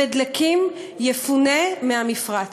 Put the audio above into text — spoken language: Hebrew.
ודליקים יפונה מהמפרץ.